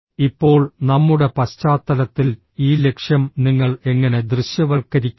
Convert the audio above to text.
ഇപ്പോൾ നമ്മുടെ പശ്ചാത്തലത്തിൽ ഈ ലക്ഷ്യം നിങ്ങൾ എങ്ങനെ ദൃശ്യവൽക്കരിക്കുന്നു